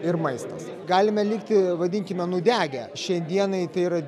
ir maistas galime likti vadinkime nudegę šiai dienai tai yra